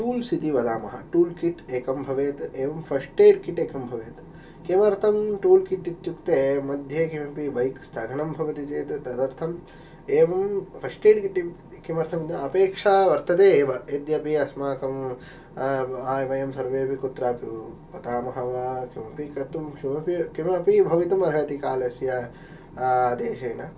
tools इति वदामः tool kit एकं भवेत् एवं फ़ष्टेड् किट् एकं भवेत् किमर्थम् टुल् किट् इत्युक्ते मध्ये किमपि बैक् स्थगनं भवति चेत् तदर्थम् एवं फ़ष्टेड् किट् किमर्थम् इति अपेक्षा वर्तते एव यद्यपि अस्माकं वयं सर्वेऽपि कुत्रापि पतामः वा किमपि कर्तुं किमपि किमपि भवितुम् अर्हति कालस्य आदेशेन